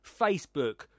Facebook